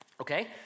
Okay